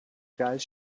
guys